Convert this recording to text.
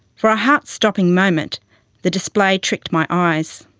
for a heart-stopping moment the display tricked my eyes.